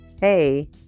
Hey